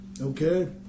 Okay